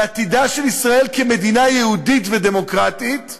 בעתידה של ישראל כמדינה יהודית ודמוקרטית,